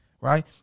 right